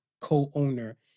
co-owner